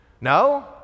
No